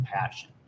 passion